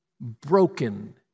broken